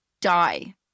die